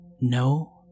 No